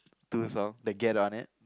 two song the get on it